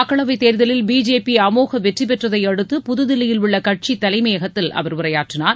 மக்களவை தேர்த்லில் பிஜேபி அமோக வெற்றி பெற்றதை அடுத்து புதுதில்லியில் உள்ள கட்சி தலைமையகத்தில் அவர் உரையாற்றினார்